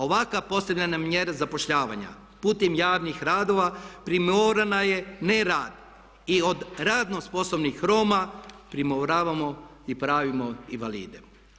Ovakva posljednja mjera zapošljavanja putem javnih radova primorana je ne rad i od radno sposobnih Roma primoravamo i pravimo invalide.